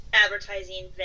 advertising